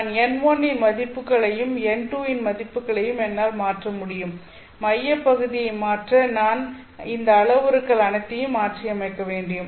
நான் n1 இன் மதிப்புகளையும் n2 இன் மதிப்புகளையும் என்னால் மாற்ற முடியும் மையப் பகுதியை மாற்ற நான் இந்த அளவுருக்கள் அனைத்தையும் மாற்றியமைக்க முடியும்